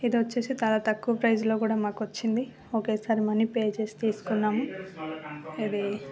ఇది వచ్చేసి చాలా తక్కువ ప్రైజ్లో కూడా మాకు వచ్చింది ఒకేసారి మనీ పే చేసి తీసుకున్నాము ఇది